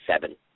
seven